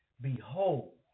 Behold